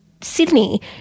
Sydney